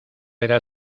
era